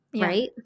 right